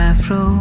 Afro